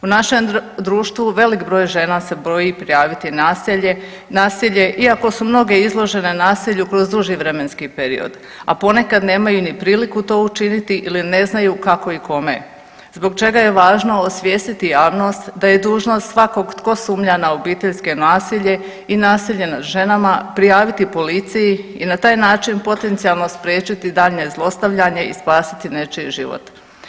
U našem društvu velik broj žena se boji prijaviti nasilje iako su mnoge izložene nasilju kroz duži vremenski period, a ponekad nemaju ni priliku to učiniti ili ne znaju kako i kome zbog čega je važno osvijestiti javnost da je dužnost svakog tko sumnja na obiteljsko nasilje i nasilje nad ženama prijaviti policiji i na taj način potencijalno spriječiti daljnje zlostavljanje i spasiti nečiji život.